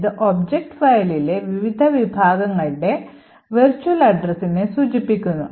ഇത് ഒബ്ജക്റ്റ് ഫയലിലെ വിവിധ വിഭാഗങ്ങളുടെ വിർച്വൽ addressനെ സൂചിപ്പിക്കുന്നു